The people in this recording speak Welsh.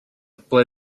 ble